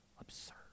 absurd